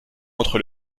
entre